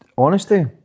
Honesty